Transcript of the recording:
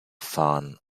fan